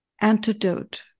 antidote